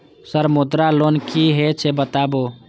Sir Mudra loan की हे छे बताबू?